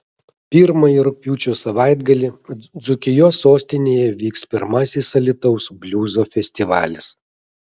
pirmąjį rugpjūčio savaitgalį dzūkijos sostinėje vyks pirmasis alytaus bliuzo festivalis